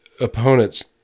opponent's